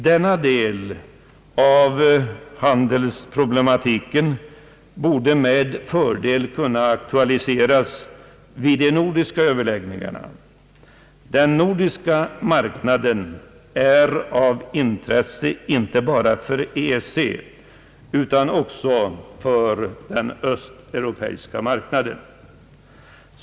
Denna del av handelsproblematiken borde med fördel kunna aktualiseras vid de nordiska överläggningarna. Den nordiska marknaden är av intresse inte bara för EEC utan också för de östeuropeiska länderna.